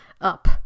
up